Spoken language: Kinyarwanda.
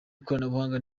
ikoranabuhanga